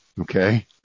Okay